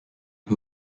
who